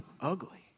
ugly